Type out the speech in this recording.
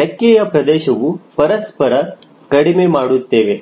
ರೆಕ್ಕೆಯ ಪ್ರದೇಶವು ಪರಸ್ಪರ ಕಡಿಮೆ ಮಾಡುತ್ತೇವೆ